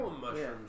Mushrooms